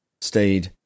stayed